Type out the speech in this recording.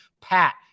Pat